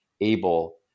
able